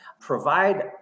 provide